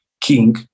king